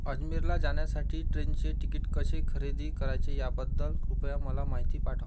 अजमेरला जाण्यासाठी ट्रेनचे तिकीट कसे खरेदी करायचे याबद्दल कृपया मला माहिती पाठव